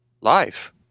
Life